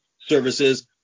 services